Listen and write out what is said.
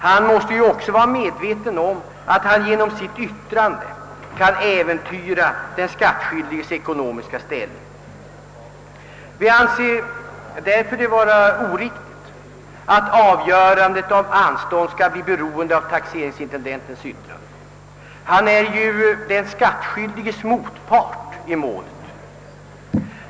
Han måste också vara medveten om att han genom sitt yttrande kan äventyra den skattskyldiges ekonomiska ställning. Motionärerna menar därför att det är oriktigt att avgörandet om anstånd skall bli beroende av taxeringsintendentens yttrande, ty denne är ju den skattskyldiges motpart i målet.